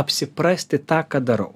apsiprasti tą ką darau